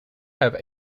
have